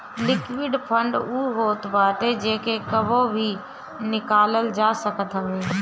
liquid fund उ होत बाटे जेके कबो भी निकालल जा सकत हवे